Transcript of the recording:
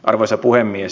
arvoisa puhemies